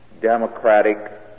democratic